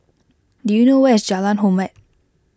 do you know where is Jalan Hormat